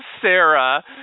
Sarah